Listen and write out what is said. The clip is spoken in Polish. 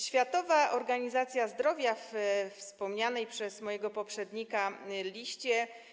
Światowa Organizacja Zdrowia we wspomnianej przez mojego poprzednika liście.